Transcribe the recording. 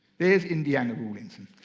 there's indiana rawlinson.